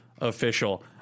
official